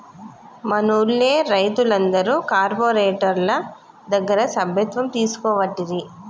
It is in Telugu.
మనూళ్లె రైతులందరు కార్పోరేటోళ్ల దగ్గర సభ్యత్వం తీసుకోవట్టిరి